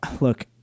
Look